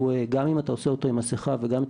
שגם אם אתה עושה אותו עם מסכה וגם אם